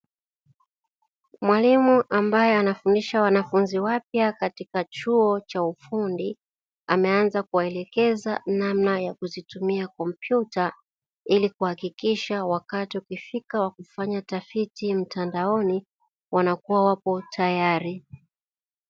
Mwalimu ambaye anafundisha wanafunzi wapya katika chuo cha ufundi, ameanza kuwaelekeza namna ya kuzitumia kompyuta ili kuhakikisha wakati ukifika wa kufanya utafiti mtandaoni wanakuwa wapo tayari.